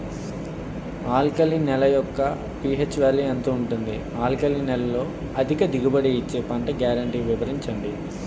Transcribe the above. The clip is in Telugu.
ఆల్కలి నేల యెక్క పీ.హెచ్ ఎంత ఉంటుంది? ఆల్కలి నేలలో అధిక దిగుబడి ఇచ్చే పంట గ్యారంటీ వివరించండి?